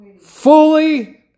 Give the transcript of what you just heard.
fully